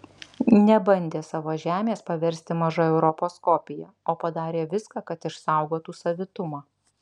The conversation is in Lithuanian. nebandė savo žemės paversti maža europos kopija o padarė viską kad išsaugotų savitumą